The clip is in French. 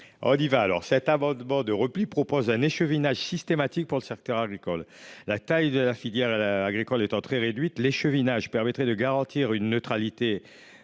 On y va alors cet amendement de repli propose un échevinat systématique pour le secteur agricole. La taille de la filière L la agricoles étant très réduite. L'échevinat je permettrait de garantir une neutralité.